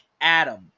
Adam